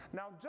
now